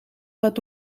laat